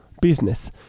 business